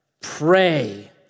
pray